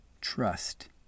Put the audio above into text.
Trust